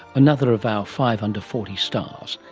another of our five under forty stars,